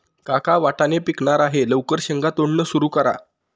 काका वाटाणे पिकणार आहे लवकर शेंगा तोडणं सुरू करा